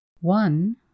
One